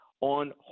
on